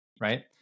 right